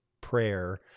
prayer